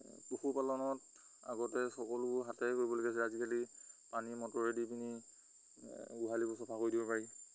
পশুপালনত আগতে সকলোবোৰ হাতেৰে কৰিব লগীয়া হৈছিলে আজিকালি পানী মটৰে দি পিনি এ গোহালিবোৰ চফা কৰি দিব পাৰি